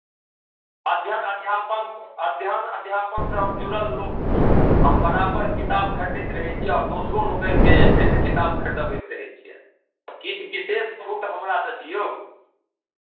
अध्ययन अध्यापन अध्ययन अध्यापनसँ हम जुड़ल लोक छी हम बराबर किताब खरीदैत रहै छियै आओर दोसरो लोकनिकेँ जे छै से किताब खरीदबैत रहै छियनि किछु विशेष छूट हमरा तऽ दियौ